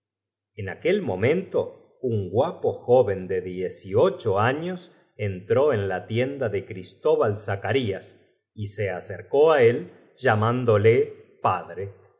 en aquel momento un guapo joven de dieciocho años entonces el astrólogo preguntó a zaca k entró en la tienda de cristobal zacarías y rías acerca des u hijo algunos pormenor s se acercó á él llamándole padre